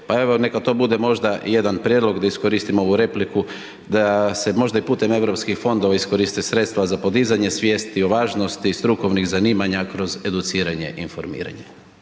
pa evo neka to bude možda i jedan prijedlog da iskoristim ovu repliku, da se možda i putem EU fondova iskoriste sredstva za podizanje svijesti o važnosti strukovnih zanimanja kroz educiranje i informiranje.